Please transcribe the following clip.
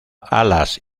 alas